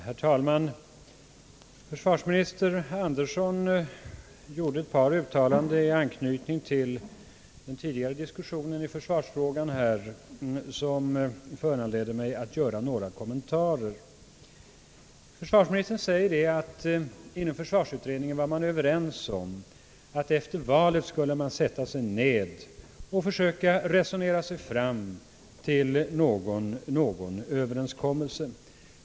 Herr talman! Försvarsminister Andersson gjorde ett par uttalanden i anknytning till den tidigare diskussionen i försvarsfrågan vilka föranleder mig att göra några kommentarer. Försvarsministern säger att man inom försvarsutredningen var överens om att man efter valet skulle sätta sig ned och försöka resonera sig fram till någon överenskommelse.